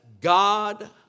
God